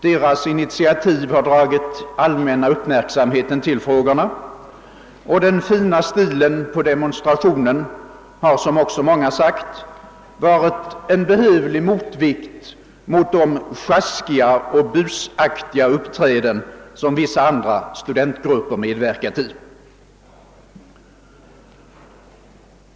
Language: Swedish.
Deras initiativ har dragit allmänhetens uppmärksamhet till frågorna, och den fina stilen på demonstrationen har — som också många andra talare nämnt — varit en välbehövlig motvikt mot de sjaskiga och busaktiga uppträden som vissa andra studentgrupper medverkat i.